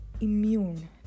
immune